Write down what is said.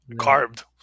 carved